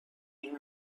این